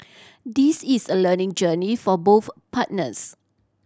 this is a learning journey for both partners